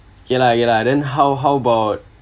K lah K lah then how how about